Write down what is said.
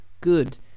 good